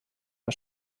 der